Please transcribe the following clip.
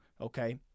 okay